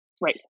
right